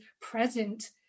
present